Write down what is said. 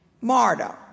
Marta